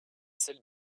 celle